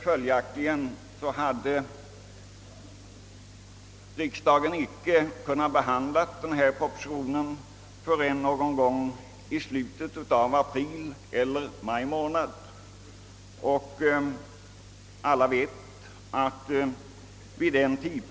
Följaktligen hade riksdagen inte kunnat behandla denna proposition förrän någon gång i slutet av april eller början av maj månad.